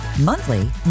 Monthly